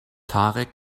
tarek